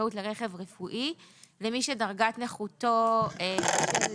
זכאות לרכב רפואי למי שדרגת נכותו בשל